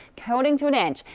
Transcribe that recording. coating to an inch.